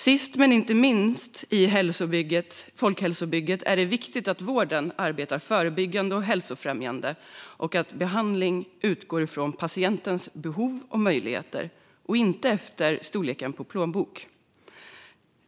Sist men inte minst i folkhälsobygget är det viktigt att vården arbetar förebyggande och hälsofrämjande och att behandling utgår från patientens behov och möjligheter, inte efter storleken på plånboken.